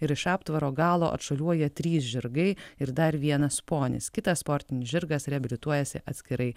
ir iš aptvaro galo atšuoliuoja trys žirgai ir dar vienas ponis kitas sportinis žirgas reabilituojasi atskirai